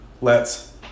lets